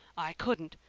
i couldn't.